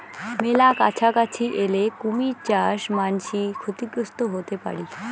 মেলা কাছাকাছি এলে কুমীর চাস মান্সী ক্ষতিগ্রস্ত হতে পারি